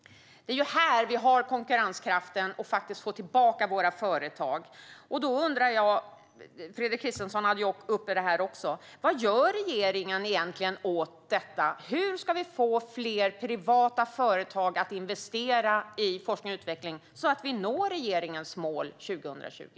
Det är här vi har konkurrenskraften och kan få tillbaka våra företag. Jag undrar, och Fredrik Christensson tog också upp detta, vad regeringen egentligen gör åt detta. Hur ska vi få fler privata företag att investera i forskning och utveckling så att vi når regeringens mål 2020?